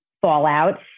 fallout